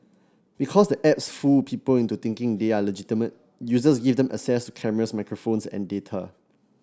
because the apps fool people into thinking they are legitimate users give them access cameras microphones and data